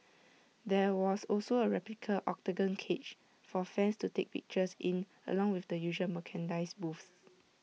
there was also A replica Octagon cage for fans to take pictures in along with the usual merchandise booths